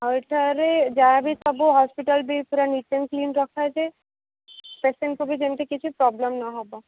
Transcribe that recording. ଆଉ ଏଠାରେ ଯାହା ବି ସବୁ ହସ୍ପିଟାଲ୍ ବି ପୁରା ନିଟ୍ ଆଣ୍ଡ କ୍ଲିନ୍ ରଖାଯାଏ ପେସେଣ୍ଟକୁ ବି ଯେମିତି କିଛି ପ୍ରୋବ୍ଲେମ୍ ନ ହେବ